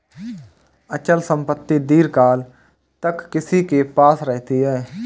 अचल संपत्ति दीर्घकाल तक किसी के पास रहती है